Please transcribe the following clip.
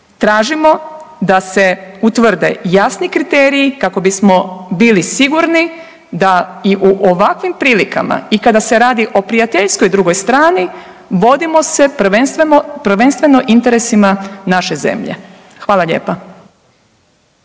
tražimo da se utvrde jasni kriteriji kako bismo bili sigurni da i u ovakvim prilikama i kada se radi o prijateljskoj drugoj strani vodimo se prvenstveno interesima naše zemlje. Hvala lijepa.